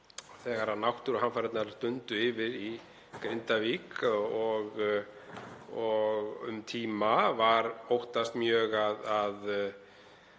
þegar náttúruhamfarirnar dundu yfir í Grindavík og um tíma var óttast mjög að